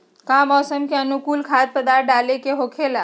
का मौसम के अनुकूल खाद्य पदार्थ डाले के होखेला?